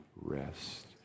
rest